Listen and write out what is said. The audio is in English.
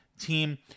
team